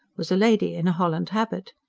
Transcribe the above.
was a lady, in a holland habit.